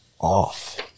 off